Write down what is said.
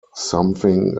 something